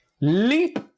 leap